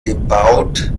gebaut